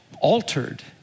altered